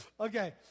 Okay